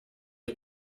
ich